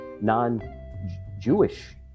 non-Jewish